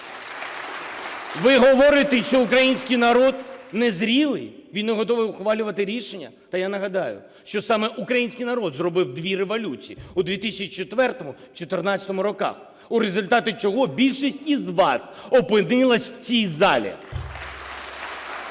Ви говорите, що український народ незрілий, він не готовий ухвалювати рішення? Та я нагадаю, що саме український народ зробив дві революції – у 2004-му і 2014 роках, – у результаті чого більшість із вас опинилась в цій залі.